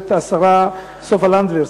הגברת סופה לנדבר,